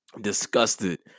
disgusted